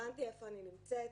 הבנתי איפה אני נמצאת,